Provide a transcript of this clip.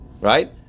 Right